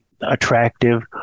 attractive